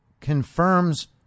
confirms